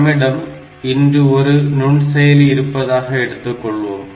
நம்மிடம் இன்று ஒரு நுண்செயலி இருப்பதாக எடுத்துக்கொள்வோம்